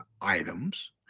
items